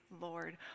Lord